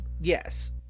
Yes